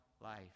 life